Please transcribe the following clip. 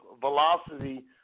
velocity